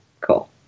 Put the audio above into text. cool